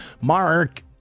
Mark